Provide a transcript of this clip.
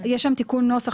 יש שם תיקון נוסח,